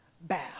bow